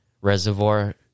reservoir